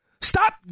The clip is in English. Stop